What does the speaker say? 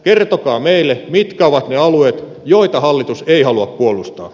kertokaa meille mitkä ovat ne alueet joita hallitus ei halua puolustaa